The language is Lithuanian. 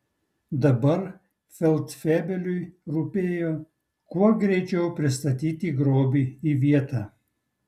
dabar feldfebeliui rūpėjo kuo greičiau pristatyti grobį į vietą